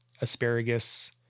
asparagus